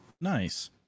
Nice